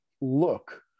look